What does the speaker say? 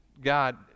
God